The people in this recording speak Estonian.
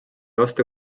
vastu